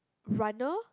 runner